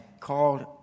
called